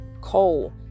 coal